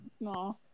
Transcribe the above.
no